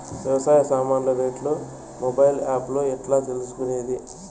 వ్యవసాయ సామాన్లు రేట్లు మొబైల్ ఆప్ లో ఎట్లా తెలుసుకునేది?